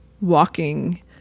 walking